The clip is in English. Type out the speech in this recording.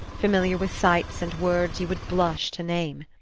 familiar with sights and words you would blush to name.